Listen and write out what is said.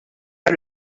pas